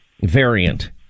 variant